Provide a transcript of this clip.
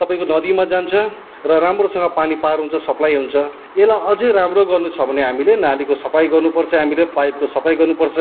तपाईँको नदीमा जान्छ र राम्रोसँग पानी पार हुन्छ सप्लाई हुन्छ यसलाई अझै राम्रो गर्नु छ भने हामीले नालीको सफाई गर्नुपर्छ हामीले पाइपको सफाई गर्नु पर्छ